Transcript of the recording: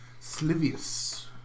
Slivius